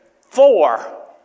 four